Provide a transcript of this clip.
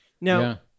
Now